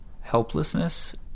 helplessness